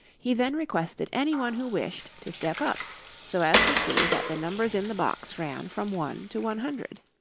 he then requested anyone who wished to step up so as to see that the numbers in the box ran from one to one hundred.